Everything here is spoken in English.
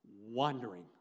wandering